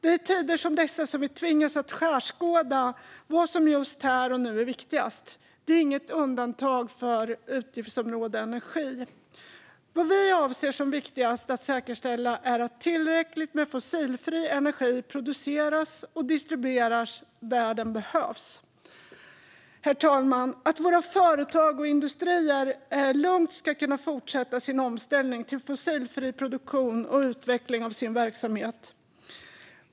Det är i tider som dessa som vi tvingas att skärskåda vad som just här och nu är viktigast. Det finns inget undantag för utgiftsområde Energi. Vad vi avser som viktigast att säkerställa är att tillräckligt med fossilfri energi produceras och distribueras där den behövs. Våra företag och industrier ska, herr talman, lugnt kunna fortsätta sin omställning till fossilfri produktion och utveckling av sin verksamhet.